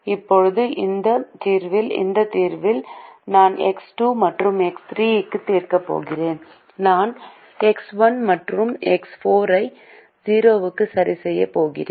இப்போது இந்த தீர்வில் இந்த தீர்வில் நான் எக்ஸ் 2 மற்றும் எக்ஸ் 3 க்கு தீர்க்கப் போகிறேன் நான் எக்ஸ் 1 மற்றும் எக்ஸ் 4 ஐ 0 க்கு சரிசெய்யப் போகிறேன்